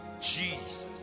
jesus